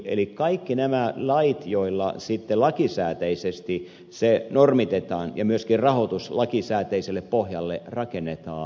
eli siihen samaan lainsäädäntöön tulevat kaikki nämä lait joilla se syöttötariffilaki sitten lakisääteisesti normitetaan ja myöskin rahoitus lakisääteiselle pohjalle rakennetaan